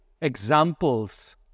examples